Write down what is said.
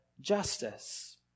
justice